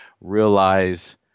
realize